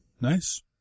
Nice